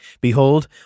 Behold